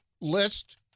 list